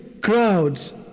crowds